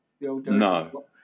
No